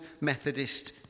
Methodist